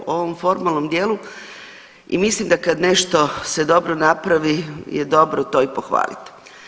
U ovom formalnom dijelu i mislim da kad se nešto dobro napravi je dobro to i pohvalit.